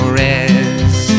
rest